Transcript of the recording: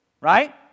right